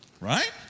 Right